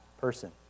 person